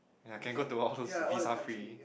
yea can go to all those visa free